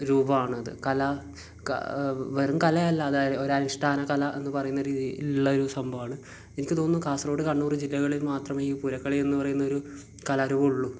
രൂപമാണത് കല വെറും കലയല്ല അതായത് ഒരനുഷ്ഠാനകല എന്ന് പറയുന്ന രീതിയിലുള്ളൊരു സംഭവമാണ് എനിക്ക് തോന്നുന്നു കാസർഗോഡ് കണ്ണൂർ ജില്ലകളിൽ മാത്രമേ ഈ പൂരക്കളി എന്ന് പറയുന്നൊരു കലാരൂപമുള്ളൂ